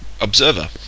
observer